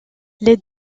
les